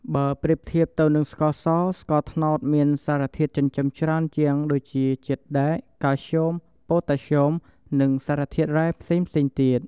បើប្រៀបធៀបទៅនឹងស្ករស ស្ករត្នោតមានសារធាតុចិញ្ចឹមច្រើនជាងដូចជា ជាតិដែក កាល់ស្យូម ប៉ូតាស្យូម និងសារធាតុរ៉ែផ្សេងៗទៀត។